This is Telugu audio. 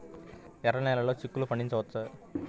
ఎర్ర నెలలో చిక్కుల్లో పండించవచ్చా?